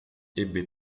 ebbe